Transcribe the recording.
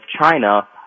China